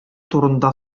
турында